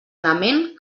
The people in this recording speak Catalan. element